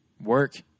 work